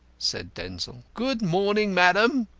said denzil. good morning, madam.